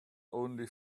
only